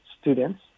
students